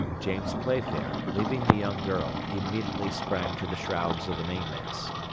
james playfair, leaving the young girl, immediately sprang to the shrouds of the mainmast.